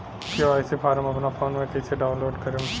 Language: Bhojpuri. के.वाइ.सी फारम अपना फोन मे कइसे डाऊनलोड करेम?